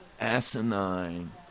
asinine